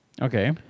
Okay